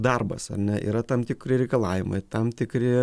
darbas ar ne yra tam tikri reikalavimai tam tikri